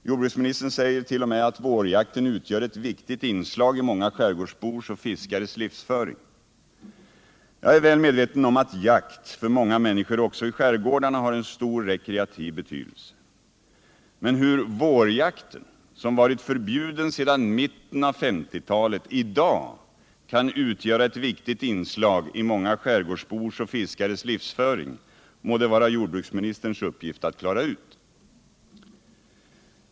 Jordbruksministern säger t.o.m. att vårjakten utgör ett viktigt inslag i många skärgårdsbors och fiskares livsföring. Jag är väl medveten om att jakt för många människor också i skärgårdarna har en stor rekreativ betydelse. Men hur vårjakten, som varit förbjuden sedan mitten av 1950-talet, i dag kan utgöra ett viktigt inslag i många skärgårdsbors och fiskares livsföring må det vara jordbruksministerns uppgift att klara ut.